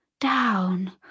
down